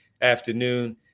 afternoon